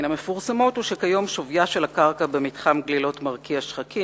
מן המפורסמות הוא שכיום שוויה של הקרקע במתחם גלילות מרקיע שחקים,